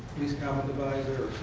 least common divisor